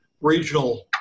regional